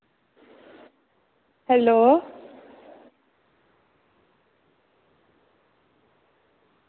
hello